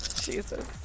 Jesus